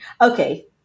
Okay